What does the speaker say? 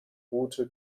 route